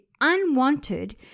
unwanted